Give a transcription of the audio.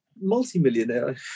multi-millionaire